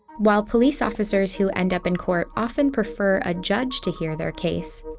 while police officers who end up in court often prefer a judge to hear their case,